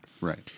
Right